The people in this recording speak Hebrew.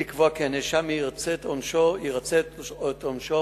אירעה פריצה לפנימיית ישיבת